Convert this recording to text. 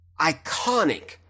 iconic